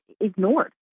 ignored